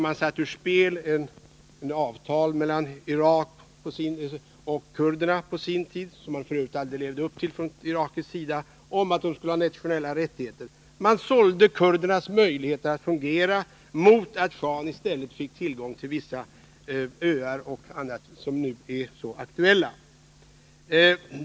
Man satte ur spel ett avtal på sin tid mellan Irak och kurderna — ett avtal som man f. ö. aldrig levde upp till från irakisk sida — om att kurderna skulle ha nationella rättigheter. Man sålde kurdernas möjligheter att fungera mot att schahen av Iran i stället fick tillgång till vissa öar m.m., som nu är så aktuella.